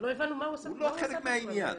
דבר שני,